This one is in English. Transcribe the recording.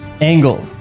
Angle